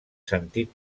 sentit